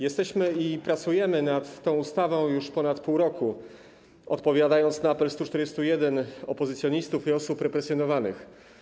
Jesteśmy i pracujemy nad tą ustawą już ponad pół roku, odpowiadając na apel 141 opozycjonistów i osób represjonowanych.